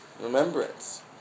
remembrance